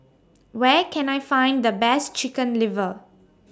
Where Can I Find The Best Chicken Liver